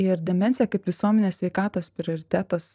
ir demencija kaip visuomenės sveikatos prioritetas